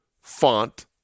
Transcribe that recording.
font